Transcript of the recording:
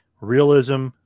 Realism